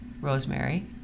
rosemary